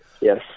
Yes